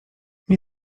nie